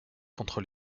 contre